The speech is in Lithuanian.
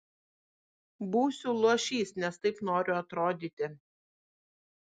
būsiu luošys nes taip noriu atrodyti